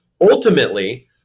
Ultimately